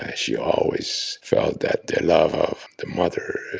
ah she always felt that the love of the mother